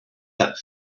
that